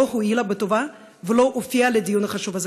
לא הואילה בטובה להופיע לדיון החשוב הזה,